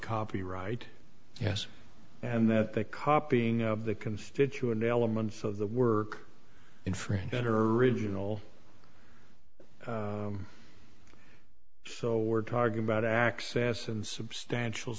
copyright yes and that the copying of the constituent elements of the work infringe better original so we're talking about access and substantial